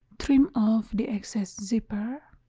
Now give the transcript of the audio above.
trim off the excess zipper.